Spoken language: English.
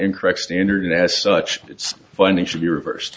incorrect standard and as such its findings should be reversed